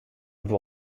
vous